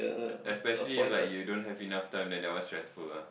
especially like you don't have enough time then that one is stressful lah